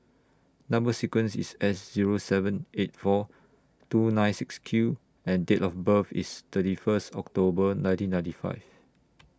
Number sequence IS S Zero seven eight four two nine six Q and Date of birth IS thirty First October nineteen ninety five